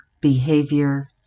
behavior